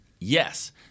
Yes